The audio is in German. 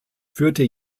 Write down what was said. führte